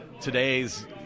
Today's